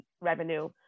revenue